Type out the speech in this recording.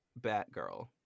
Batgirl